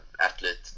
athlete